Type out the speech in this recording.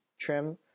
trim